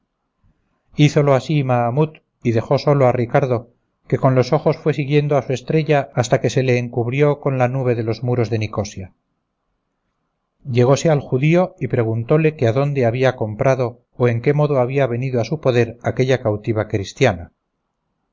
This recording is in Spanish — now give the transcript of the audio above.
hízolo así mahamut y dejó sólo a ricardo que con los ojos fue siguiendo a su estrella hasta que se le encubrió con la nube de los muros de nicosia llegóse al judío y preguntóle que adónde había comprado o en qué modo había venido a su poder aquella cautiva cristiana